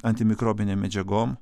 antimikrobinėm medžiagom